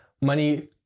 money